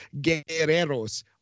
Guerreros